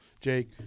Jake